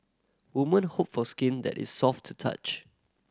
woman hope for skin that is soft to touch